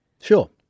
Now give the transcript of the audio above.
Sure